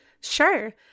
Sure